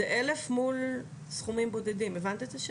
זה 1,000 מול סכומים בודדים, הבנת את השאלה?